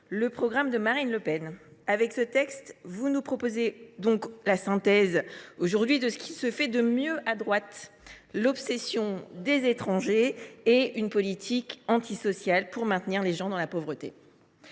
le programme de Marine Le Pen. Avec ce texte, vous nous proposez donc la synthèse de ce qui se fait de mieux à droite aujourd’hui : l’obsession des étrangers et une politique antisociale de maintien des gens dans la pauvreté.